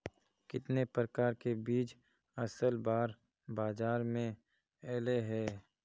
कितने प्रकार के बीज असल बार बाजार में ऐले है?